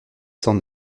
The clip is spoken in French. cent